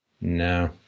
No